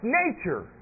nature